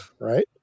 right